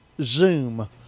zoom